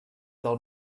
del